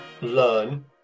learn